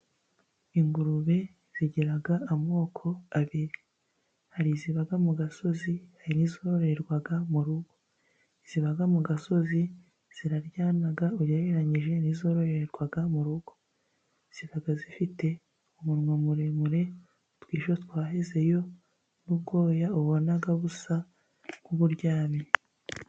Ingurube zigira amoko abiri. Hari iziba mu gasozi, n'izororerwa mu rugo. Iziba mu gasozi ziraryana ugereranyije n'izororerwa mu rugo. Ziba zifite umunwa muremure utwiho twahezeyo, n'ubwoya ubona busa nk'uburyamye.